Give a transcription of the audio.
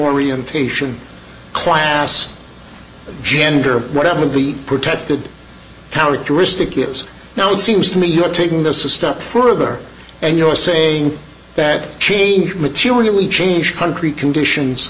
orientation class gender whatever be protected characteristic it is now it seems to me you are taking this a step further and you are saying that change materially change country conditions